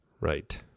Right